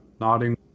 nodding